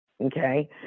Okay